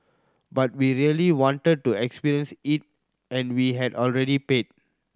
but we really wanted to experience it and we had already paid